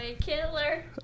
Killer